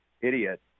idiot